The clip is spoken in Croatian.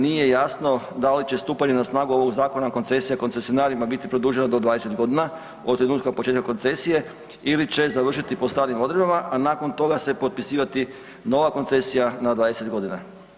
Nije jasno da li će stupanjem na snagu ovog zakona koncesija koncesionarima biti produžena do 20 godina od trenutka početka koncesije ili će završiti po starim odredbama, a nakon toga se potpisivati nova koncesija na 20 godina.